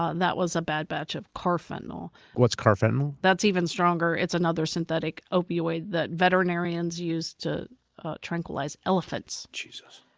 ah and that was a bad batch of carfentanyl. what's carfentanyl? that's even stronger. it's another synthetic opioid that veterinarians use to tranquilize elephants. jesus.